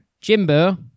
Jimbo